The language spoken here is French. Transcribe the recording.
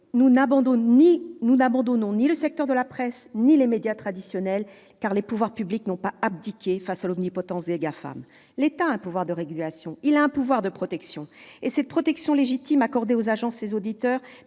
nous n'abandonnons ni le secteur de la presse ni les médias traditionnels, car les pouvoirs publics n'ont pas abdiqué face à l'omnipotence des GAFAM ! L'État a un pouvoir de régulation et de protection, et la protection légitime accordée aux agences et éditeurs